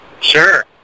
Sure